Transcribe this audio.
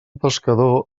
pescador